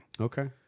Okay